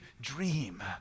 dream